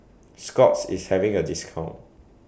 Scott's IS having A discount